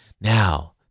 Now